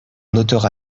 notera